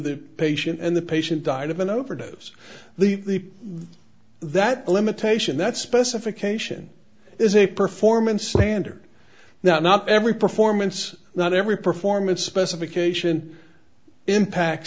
the patient and the patient died of an overdose the that limitation that specification is a performance standard that not every performance not every performance specification impact